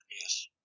Yes